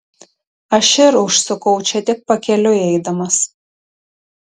aš ir užsukau čia tik pakeliui eidamas